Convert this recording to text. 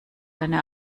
deine